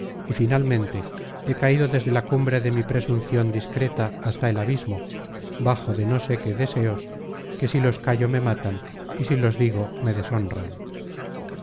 y finalmente he caido desde la cumbre de mi presuncion discreta hasta el abismo bajo de no sé qué deseos que si los callo me matan y si los digo me deshonran